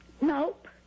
Nope